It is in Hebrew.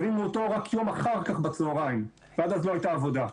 הרימו אותו רק יום אחר כך בצהריים ועד אז לא הייתה עבודה.